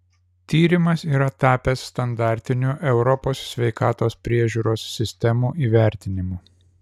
tyrimas yra tapęs standartiniu europos sveikatos priežiūros sistemų įvertinimu